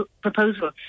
Proposal